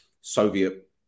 Soviet